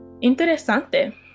Interesante